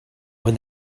when